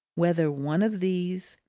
whether one of these,